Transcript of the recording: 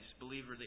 Believer